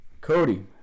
Cody